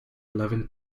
eleven